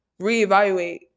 reevaluate